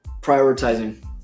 Prioritizing